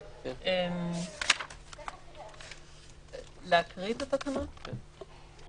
2020. בתוקף סמכותה לפי סעיפים 4, 6, 7